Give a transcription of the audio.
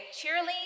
cheerily